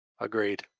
agreed